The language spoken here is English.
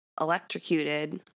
electrocuted